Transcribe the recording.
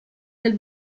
del